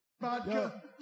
Vodka